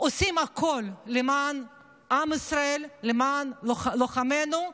ועושים הכול למען עם ישראל, למען לוחמינו,